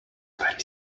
very